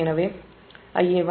எனவே Ia1 Ia2 Ia0 0